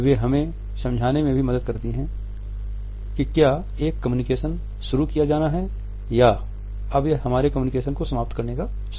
वे हमें यह समझने में भी मदद करती हैं कि क्या एक कम्युनिकेशन शुरू किया जाना है या अब यह हमारे कम्युनिकेशन को समाप्त करने का समय है